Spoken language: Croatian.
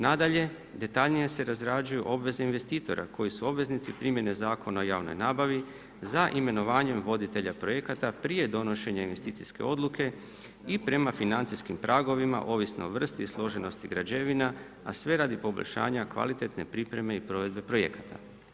Nadalje, detaljnije se razrađuju obveze investitora koje su obveznici primjene zakona o javnoj nabavi za imenovanjem voditelja projekata prije donošenja investicijske odluke i prema financijskim pragovima, ovisno o vrsti i složenosti građevina, a sve radi poboljšanja kvalitetne pripreme i provedbe projekata.